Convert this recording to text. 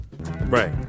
Right